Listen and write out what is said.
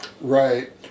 Right